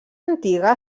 antiga